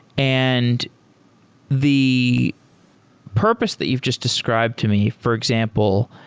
and the purpose that you've just described to me, for example,